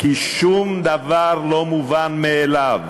כי שום דבר לא מובן מאליו